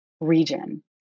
region